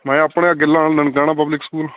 ਮੈਂ ਆਪਣੇ ਗਿੱਲਾਂ ਨਨਕਾਣਾ ਪਬਲਿਕ ਸਕੂਲ